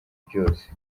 byose